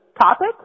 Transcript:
topic